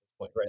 right